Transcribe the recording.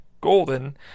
golden